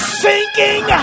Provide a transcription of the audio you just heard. sinking